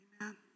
Amen